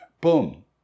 boom